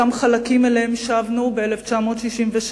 גם אותם חלקים שאליהם שבנו ב-1967,